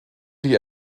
die